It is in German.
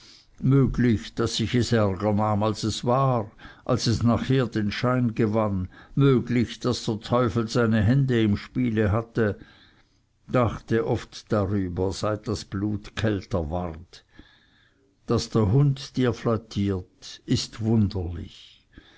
möglich daß ich es ärger nahm als es war als es nachher den schein gewann möglich daß der teufel seine hände im spiele hatte dachte oft darüber seit das blut kälter ward daß der hund dir flattiert ist wunderlich